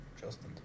Justin